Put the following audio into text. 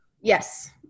Yes